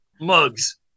mugs